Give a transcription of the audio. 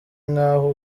nk’aho